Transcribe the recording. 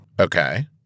Okay